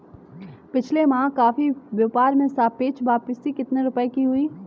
पिछले माह कॉफी व्यापार में सापेक्ष वापसी कितने रुपए की हुई?